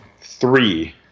Three